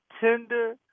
tender